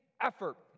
effort